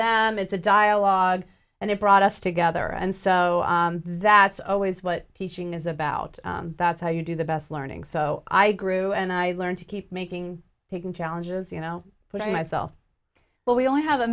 them is a dialogue and it brought us together and so that's always what teaching is about that's how you do the best learning so i grew and i learned to keep making taking challenges you know putting myself but we only have a